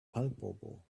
palpable